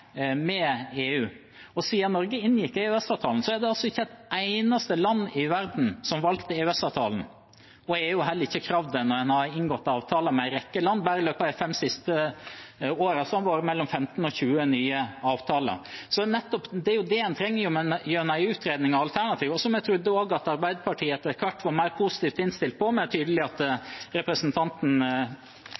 EU. Siden Norge inngikk EØS-avtalen er det ikke et eneste land i verden som har valgt EØS-avtalen – og EU har heller ikke krevd det når man har inngått avtaler med en rekke land. Bare i løpet av de fem siste årene har det vært mellom 15 og 20 nye avtaler. Det er nettopp det man trenger gjennom en utredning av alternativ, og som jeg også trodde at Arbeiderpartiet etter hvert var mer positivt innstilt til, men det er tydelig at representanten